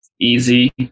easy